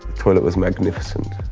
well it was magnificent,